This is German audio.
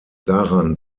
daran